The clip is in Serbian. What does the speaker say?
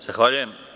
Zahvaljujem.